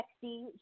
sexy